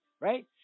Right